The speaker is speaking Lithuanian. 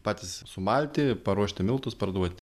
patys sumalti paruošti miltus parduot